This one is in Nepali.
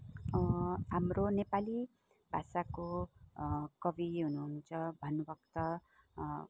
हाम्रो नेपाली भाषाको कवि हुनुहुन्छ भानुभक्त